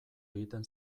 egiten